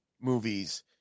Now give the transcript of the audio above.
movies